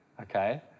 okay